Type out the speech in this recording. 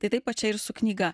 tai taip va čia ir su knyga